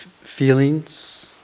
feelings